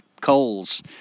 coals